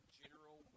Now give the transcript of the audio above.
general